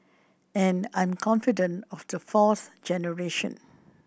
and I'm confident of the fourth generation